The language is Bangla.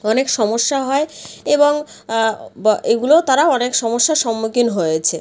অনেক সমস্যা হয় এবং বা এগুলোও তারা অনেক সমস্যার সম্মুখীন হয়েছে